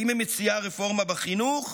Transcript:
האם היא מציעה רפורמה בחינוך?